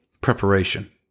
Preparation